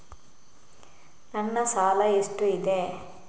ನನ್ನ ಸಾಲ ಎಷ್ಟು ಇದೆ?